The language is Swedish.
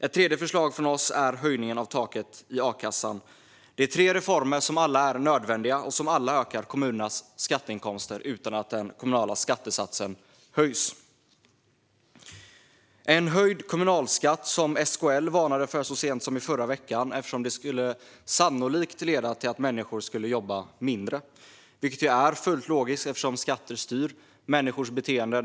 Ett tredje förslag från oss är höjningen av taket i a-kassan. Det här är tre reformer som alla är nödvändiga och som alla ökar kommunernas skatteinkomster utan att den kommunala skattesatsen höjs. En höjd kommunalskatt varnade SKL för så sent som i förra veckan eftersom det sannolikt skulle leda till att människor skulle jobba mindre, vilket är fullt logiskt eftersom skatter styr människors beteenden.